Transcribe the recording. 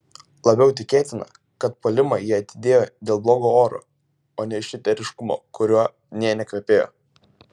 labiau tikėtina kad puolimą jie atidėjo dėl blogo oro o ne iš riteriškumo kuriuo nė nekvepėjo